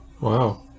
Wow